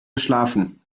geschlafen